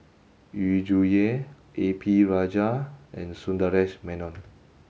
Yu Zhuye A P Rajah and Sundaresh Menon